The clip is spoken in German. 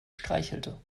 streichelte